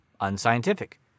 unscientific